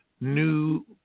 new